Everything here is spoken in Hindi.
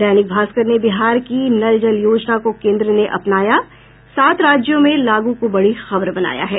दैनिक भास्कर ने बिहार की नल जल योजना को केन्द्र ने अपनाया सात राज्यों में लागू को बड़ी खबर बनाया है